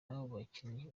abakinnyi